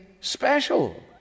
special—